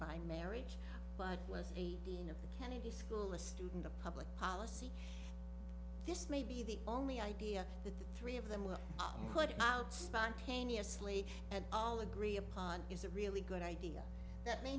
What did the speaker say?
by marriage but was a dean of the kennedy school a student of public policy this may be the only idea that the three of them were all put out spontaneously and all agree upon is a really good idea that may